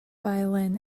violin